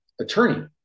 attorney